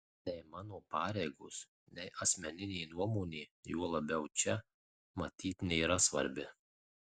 nei mano pareigos nei asmeninė nuomonė juo labiau čia matyt nėra svarbi